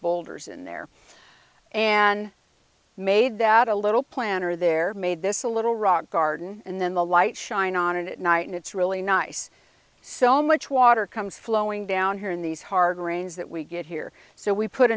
boulders in there and made that a little planner there made this a little rock garden and then the light shine on it at night and it's really nice so much water comes flowing down here in these hard rains that we get here so we put